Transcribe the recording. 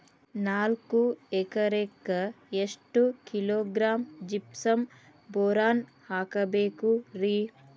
ನಾಲ್ಕು ಎಕರೆಕ್ಕ ಎಷ್ಟು ಕಿಲೋಗ್ರಾಂ ಜಿಪ್ಸಮ್ ಬೋರಾನ್ ಹಾಕಬೇಕು ರಿ?